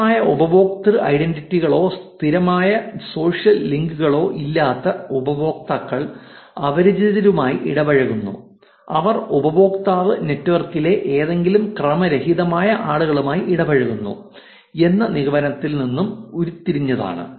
ശക്തമായ ഉപയോക്തൃ ഐഡന്റിറ്റികളോ സ്ഥിരമായ സോഷ്യൽ ലിങ്കുകളോ ഇല്ലാതെ ഉപയോക്താക്കൾ അപരിചിതരുമായി ഇടപഴകുന്നു ഇത് ഉപയോക്താവ് നെറ്റ്വർക്കിലെ ഏതെങ്കിലും ക്രമരഹിതമായ ആളുകളുമായി ഇടപഴകുന്നു എന്ന നിഗമനത്തിൽ നിന്നും ഉരുത്തിരിഞ്ഞതാണ്